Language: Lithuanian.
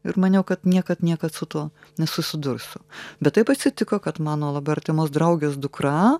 ir maniau kad niekad niekad su tuo nesusidursiu bet taip atsitiko kad mano labai artimos draugės dukra